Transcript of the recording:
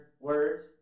words